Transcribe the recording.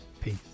Peace